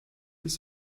this